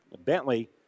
Bentley